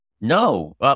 No